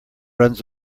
runs